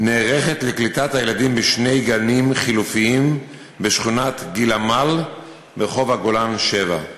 נערכת לקליטת הילדים בשני גנים חלופיים בשכונת גיל-עמל ברחוב הגולן 7,